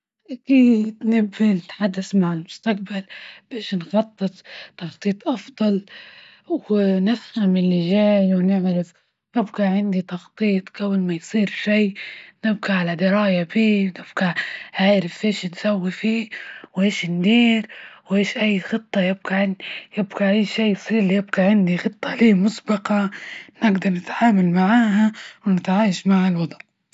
أكيد نبي نتحدث مع المستقبل.،باش نخطط تخطيط أفضل، ونفهم اللي جاي، ونعرف ويبقى عندي تخطيط كون ما يصير شي ،نبقى على دراية بيه ،ونبقى عارف إيش نسوي فيه؟ وإيش ندير? وإيش أي خطة......... يبقى أي شي يصير، يبقى عندي خطة لي مسبقة، نقدر نتعامل معاها ونتعايش مع الوضع.